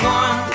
one